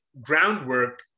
groundwork